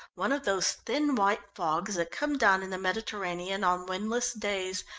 one of those thin white fogs that come down in the mediterranean on windless days.